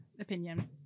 opinion